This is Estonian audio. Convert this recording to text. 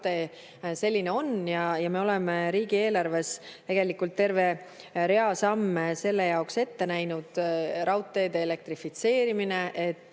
[võimaldab]. Me oleme riigieelarves tegelikult terve rea samme selle jaoks ette näinud, nagu raudteede elektrifitseerimine,